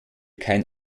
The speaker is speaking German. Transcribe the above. keinen